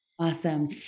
Awesome